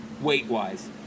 Weight-wise